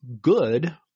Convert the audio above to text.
good